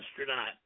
astronaut